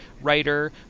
writer